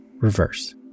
Reverse